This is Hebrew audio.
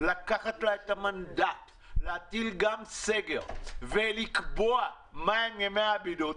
לוקחת לה את המנדט להטיל סגר ולקבוע מה הם ימי הבידוד,